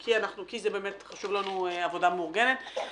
כי באמת העבודה המאורגנת חשובה לנו,